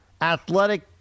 athletic